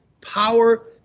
power